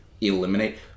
eliminate